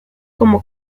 como